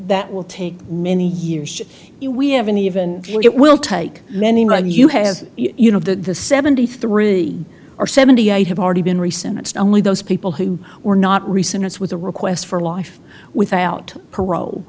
that will take many years we haven't even it will take many when you have you know that the seventy three or seventy eight have already been recent only those people who were not recent us with a request for life without parole